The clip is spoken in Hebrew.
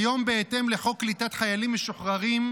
כיום, בהתאם לחוק קליטת חיילים משוחררים,